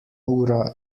ura